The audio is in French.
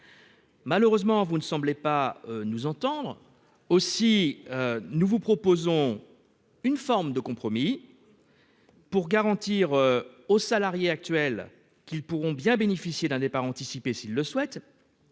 Malheureusement, vous ne semblez pas nous entendre ... Aussi, nous vous proposons une forme de compromis pour garantir aux salariés actuels qu'ils pourront bien bénéficier d'un départ à la retraite anticipée s'ils le souhaitent.